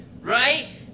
Right